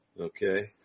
Okay